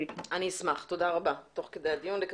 אני אנסה תוך כדי הדיון לתת לכם תשובה מדויקת.